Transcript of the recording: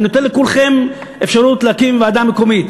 אני נותן לכולכם אפשרות להקים ועדה מקומית,